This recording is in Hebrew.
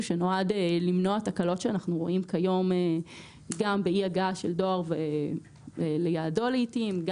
שנועד למנוע תקלות שאנחנו רואים כיום גם באי הגעה של דואר ליעדו לעתים.